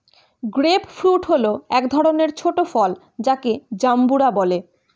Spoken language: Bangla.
গ্রেপ ফ্রূট হল এক ধরনের ছোট ফল যাকে জাম্বুরা বলে